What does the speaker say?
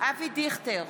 אבי דיכטר,